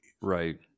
Right